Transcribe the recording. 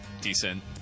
decent